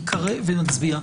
נקריא ונצביע.